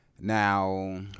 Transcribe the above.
Now